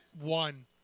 one